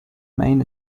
main